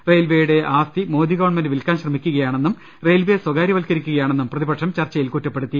റെയിൽവെയുടെ ആസ്തി മോദി ഗവൺമെന്റ് വിൽക്കാൻ ശ്രമി ക്കുകയാണെന്നും റെയിൽവെയെ സ്വകാര്യ വൽക്കരിക്കുകയാ ണെന്നും പ്രതിപക്ഷം ചർച്ചയിൽ കുറ്റപ്പെടുത്തി